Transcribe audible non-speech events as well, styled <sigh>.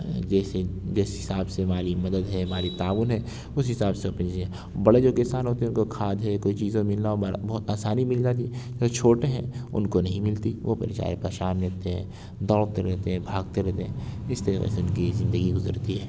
جیسے جس حساب سے مالی مدد ہے مالی تعاون ہے اس حساب سے <unintelligible> بڑے جو کسان ہوتے ہیں ان کو کھاد ہے کوئی چیز ہے ملنا ہو بَرا بہت آسانی سے مل جاتی ہے اور جو چھوٹے ہیں ان کو نہیں ملتی وہ بے چارے پریشان رہتے ہیں دوڑتے رہتے ہیں بھاگتے رہتے ہیں اس طریقے سے ان کی زندگی گزرتی ہے